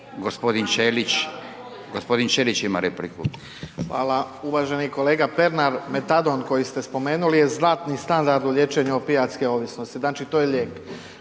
**Ćelić, Ivan (HDZ)** Hvala. Uvaženi kolega Pernar, metadon koji ste spomenuli je zlatni standard u liječenju opijatske ovisnosti, znači to je lijek.